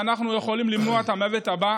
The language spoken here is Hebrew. ואנחנו יכולים למנוע את המוות הבא.